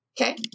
Okay